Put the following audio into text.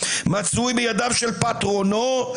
מצוי בידיו של פטרונו,